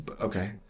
Okay